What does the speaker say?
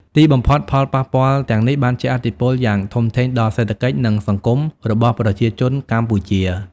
ទីបំផុត ផលប៉ះពាល់ទាំងនេះបានជះឥទ្ធិពលយ៉ាងធំធេងដល់សេដ្ឋកិច្ច និងសង្គមរបស់ប្រជាជនកម្ពុជា។